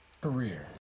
Career